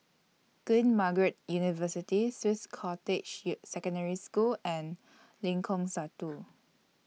Queen Margaret University Swiss Cottage U Secondary School and Lengkong Satu